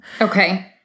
Okay